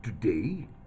today